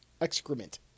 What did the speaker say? excrement